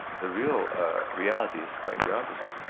the real reality is quite the opposite.